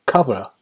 Cover